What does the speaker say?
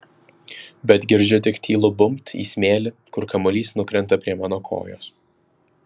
bet girdžiu tik tylų bumbt į smėlį kur kamuolys nukrenta prie mano kojos